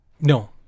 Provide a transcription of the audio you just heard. No